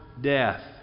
death